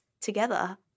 together